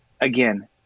again